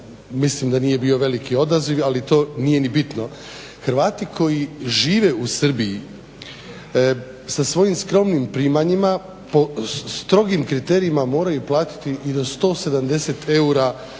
Mislim da nije bio veliki odaziv ali to nije ni bitno. Hrvati koji žive u Srbiji sa svojim skromnim primanjima po strogim kriterijima moraju platiti i do 170 Eura